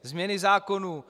Změny zákonů.